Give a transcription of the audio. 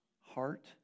heart